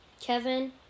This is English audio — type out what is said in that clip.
Kevin